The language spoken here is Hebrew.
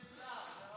אין שר, מרב.